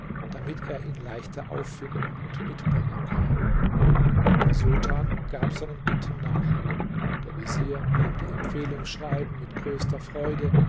damit er ihn leichter auffinden und mitbringen könne der sultan gab seinen bitten nach der vezier nahm die empfehlungsschreiben mit größter freude